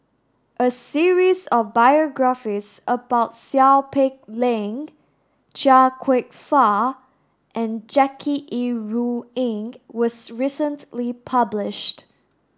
a series of biographies about Seow Peck Leng Chia Kwek Fah and Jackie Yi Ru Ying was recently published